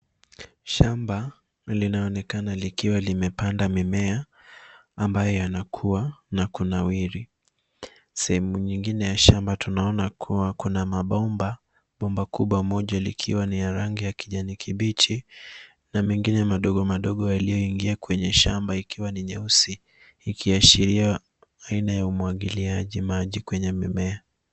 Shamba linaonekana likiwa limepandwa mimea. Majani yanakua na kuna uhai. Sehemu nyingine ya shamba tunaona kuwa kuna mabomba. Bomba kubwa moja likiwa na rangi ya kijani kibichi, na mengine madogo madogo yaliyoingia kwenye shamba yakiwa na rangi nyeusi. Hii ni ishara ya mfumo wa umwagiliaji maji kwenye mimea.